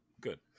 Good